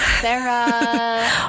Sarah